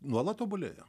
nuolat tobulėja